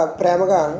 pramaga